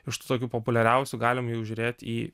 iš tų tokių populiariausių galim jau žiūrėt į